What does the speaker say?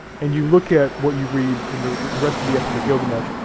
and you look at what you read in the the rest of the epic of gilgamesh,